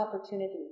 opportunity